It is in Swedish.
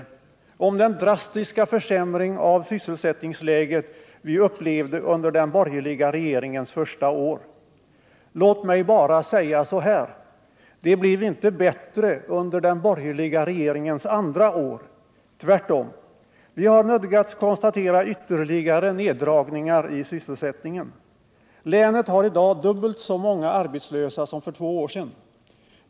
Det gällde den drastiska försämring av sysselsättningsläget som vi upplevde under den borgerliga regeringens första år. Låt mig bara säga så här: Det blev inte bättre under den borgerliga regeringens andra år. Tvärtom! Vi har nödgats konstatera ytterligare neddragningar i sysselsättningen. Länet har i dag dubbelt så många arbetslösa som för två år sedan.